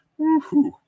Woohoo